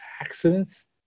accidents